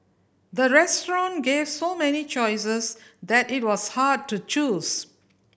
the restaurant gave so many choices that it was hard to choose